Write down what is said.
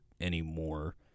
Anymore